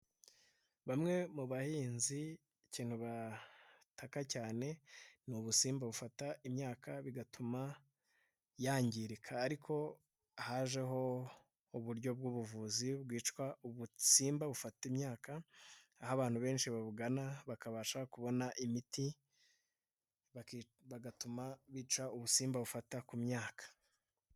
Bamwe mu bahinzi ikintu ba bataka cyane, ni ubusimba bufata imyaka bigatuma yangirika, ariko hajeho uburyo bw'ubuvuzi bwicwa ubusimba bufata imyaka, aho abantu benshi babugana bakabasha kubona imiti bagatuma bica ubusimba bufata ku myaka.